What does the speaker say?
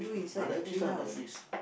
I like this one like this